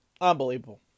Unbelievable